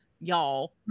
y'all